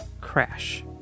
Crash